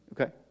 Okay